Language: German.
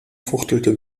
fuchtelte